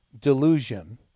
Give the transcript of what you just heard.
delusion